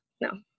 no